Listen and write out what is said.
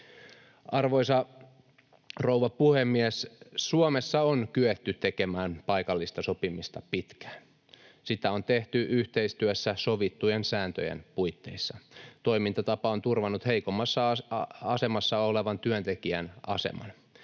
Arvoisa rouva puhemies! Suomessa on kyetty tekemään paikallista sopimista pitkään. Sitä on tehty yhteistyössä sovittujen sääntöjen puitteissa. Toimintatapa on turvannut heikommassa asemassa olevan työntekijän aseman.